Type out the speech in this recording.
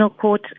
Court